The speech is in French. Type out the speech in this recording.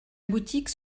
boutique